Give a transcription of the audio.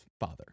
father